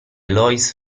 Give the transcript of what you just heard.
lois